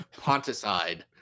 Ponticide